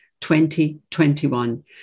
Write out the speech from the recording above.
2021